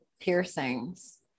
piercings